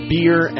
Beer